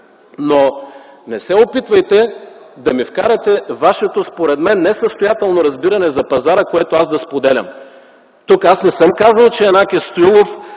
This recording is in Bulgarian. Но не се опитвайте да ни вкарате вашето според мен несъстоятелно разбиране за пазара, което аз да споделям. Аз не съм казал, че Янаки Стоилов